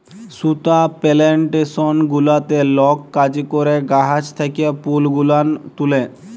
সুতা পেলেনটেসন গুলাতে লক কাজ ক্যরে গাহাচ থ্যাকে ফুল গুলান তুলে